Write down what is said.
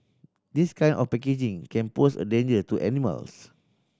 this kind of packaging can pose a danger to animals